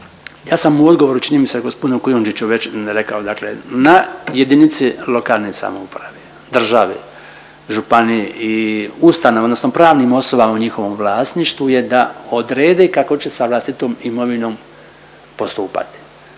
ja sam u odgovoru čini mi se g. Kujundžiću već rekao, dakle na JLS, državi, županiji i ustanovama odnosno pravnim osobama u njihovom vlasništvu je da odrede kako će sada se tom imovinom postupati.